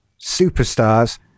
superstars